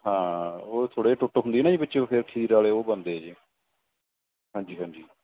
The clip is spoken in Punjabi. ਹਾਂ ਉਹ ਥੋੜੇ ਟੁੱਟ ਹੁੰਦੀ ਨਾ ਵਿੱਚ ਫਿਰ ਖੀਰ ਵਾਲੇ ਉਹ ਬਣਦੇ ਆ ਜੀ ਹਾਂਜੀ ਹਾਂਜੀ